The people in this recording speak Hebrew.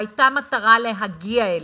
והייתה מטרה להגיע אליה,